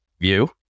view